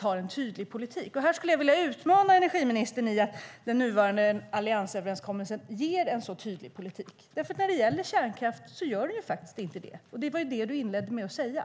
har en tydlig politik. Här skulle jag vilja utmana energiministern, som hävdar att den nuvarande alliansöverenskommelsen skulle ge en så tydlig politik. När det gäller kärnkraft gör den inte det, och det var egentligen det du inledde med att säga.